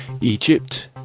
Egypt